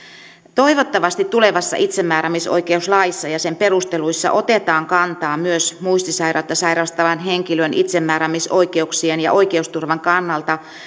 toivottavasti tulevassa itsemääräämisoikeuslaissa ja sen perusteluissa otetaan kantaa myös muistisairautta sairastavan henkilön itsemääräämisoikeuksien ja oikeusturvan kannalta